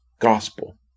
gospel